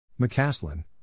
McCaslin